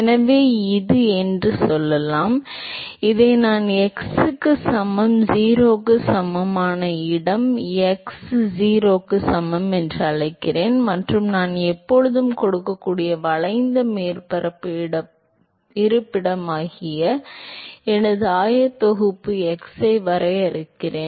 எனவே இது என்று சொல்லலாம் இதை நான் x க்கு சமம் 0 க்கு சமமான இடம் x 0 க்கு சமம் என்று அழைக்கிறேன் மற்றும் நான் எப்போதும் கொடுக்கக்கூடிய வளைந்த மேற்பரப்பு இருப்பிடமாக எனது ஆயத்தொகுப்பு x ஐ வரையறுக்கிறேன்